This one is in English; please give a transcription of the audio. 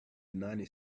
united